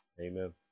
Amen